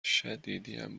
شدیدیم